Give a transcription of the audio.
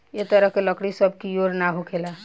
ए तरह के लकड़ी सब कियोर ना होखेला